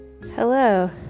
Hello